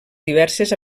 diverses